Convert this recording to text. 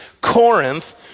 Corinth